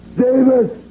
Davis